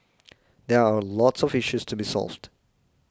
there are lots of issues to be solved